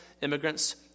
immigrants